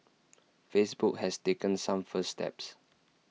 Facebook has taken some first steps